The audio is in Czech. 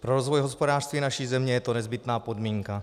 Pro rozvoj hospodářství naší země je to nezbytná podmínka.